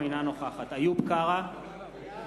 אינה נוכחת איוב קרא,